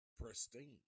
pristine